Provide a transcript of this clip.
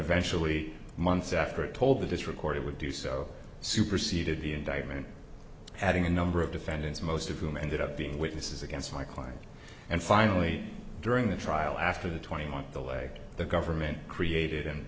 eventually months after it told that its record it would do so superseded the indictment adding a number of defendants most of whom ended up being witnesses against my client and finally during the trial after the twenty one the way the government created and